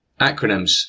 Acronyms